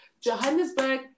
johannesburg